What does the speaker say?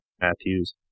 Matthews